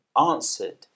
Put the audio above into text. answered